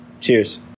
Cheers